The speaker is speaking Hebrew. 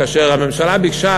כאשר הממשלה ביקשה